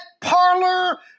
parlor